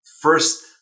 first